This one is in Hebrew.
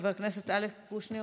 חבר כנסת אלכס קושניר,